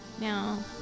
Now